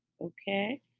Okay